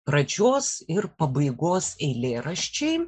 pradžios ir pabaigos eilėraščiai